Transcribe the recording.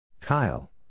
Kyle